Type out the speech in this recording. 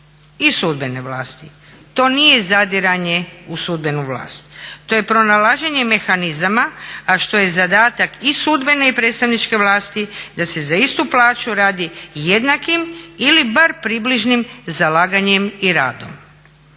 i sudbene vlasti. To nije zadiranje u sudbenu vlast, to je pronalaženje mehanizama a što je zadatak i sudbene i predstavničke vlasti da se za istu plaću radi jednakim ili bar približnim zalaganjem i radom.